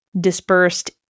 dispersed